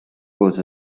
goes